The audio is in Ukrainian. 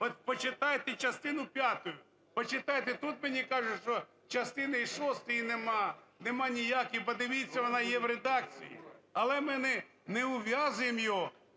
От почитайте частину п'яту, почитайте. Тут мені кажуть, що частини і шостої нема, нема ніякої. Подивіться, вона є в редакції. Але ми не ув'язуємо його